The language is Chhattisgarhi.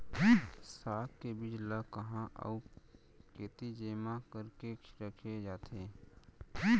साग के बीज ला कहाँ अऊ केती जेमा करके रखे जाथे?